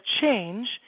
change